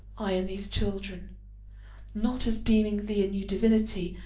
i and these children not as deeming thee a new divinity,